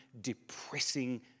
depressing